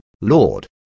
Lord